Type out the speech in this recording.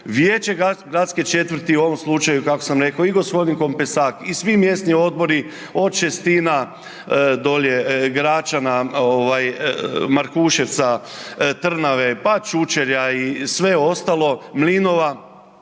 Vijeće gradske četvrti, u ovom slučaju kako sam rekao i g. Kompesak i svi mjesni odbori od Šestina dolje Gračana ovaj Markuševca, Trnave, pa Čučerja i sve ostalo, Mlinova